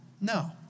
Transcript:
No